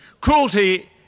Cruelty